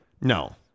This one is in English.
No